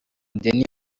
denis